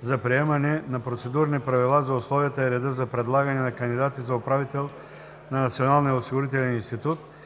за приемане на процедурни правила за условията и реда за предлагане на кандидати за управител на Националния осигурителен институт,